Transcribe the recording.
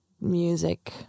music